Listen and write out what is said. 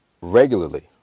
regularly